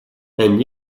and